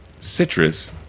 citrus